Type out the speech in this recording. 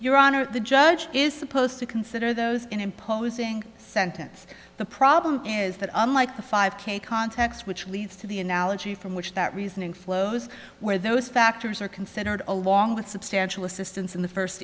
your honor the judge is supposed to consider those imposing sentence the problem is that unlike the five k context which leads to the analogy from which that reasoning flows where those factors are considered along with substantial assistance in the first